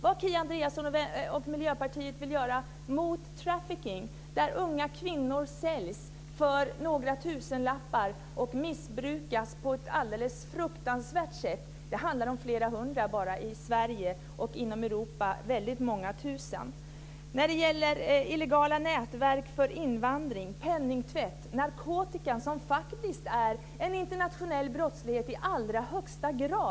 Vad vill Kia Andreasson och Miljöpartiet göra åt den trafficking som innebär att unga kvinnor säljs för några tusenlappar och missbrukas på ett alldeles fruktansvärt sätt? Det handlar om flera hundra bara inom Sverige och i Europa i övrigt om väldigt många tusen. Det finns illegala nätverk för invandring, penningtvätt och narkotikahandel, som faktiskt i allra högsta grad är en internationell brottslighet.